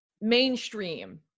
mainstream